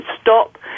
stop